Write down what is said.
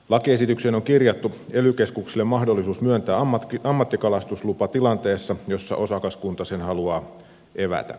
lakiesitykseen on kirjattu ely keskuksille mahdollisuus myöntää ammattikalastuslupa tilanteessa jossa osakaskunta sen haluaa evätä